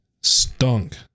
stunk